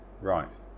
Right